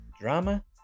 drama